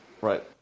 Right